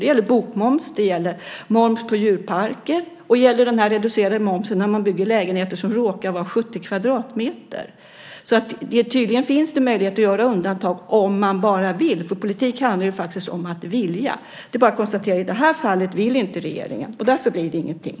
Det gäller bokmoms, moms på djurparker och den reducerade momsen när man bygger lägenheter som råkar vara 70 kvadratmeter stora. Tydligen finns det möjlighet att göra undantag om man bara vill. Politik handlar om att vilja. Det är bara att konstatera att i det här fallet vill inte regeringen. Därför blir det ingenting.